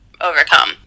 overcome